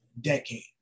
decade